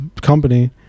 company